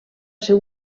ser